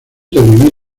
terminó